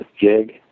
jig